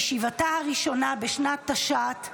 בישיבתה הראשונה בשנת תש"ט,